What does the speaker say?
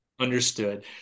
understood